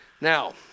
Now